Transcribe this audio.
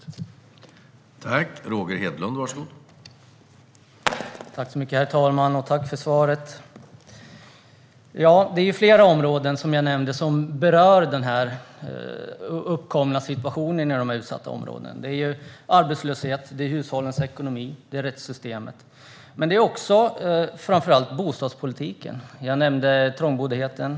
Det är syftet.